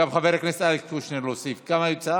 גם את חבר הכנסת אלכס קושניר להוסיף, כמה יצא?